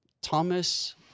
Thomas